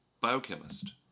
biochemist